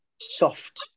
soft